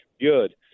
Good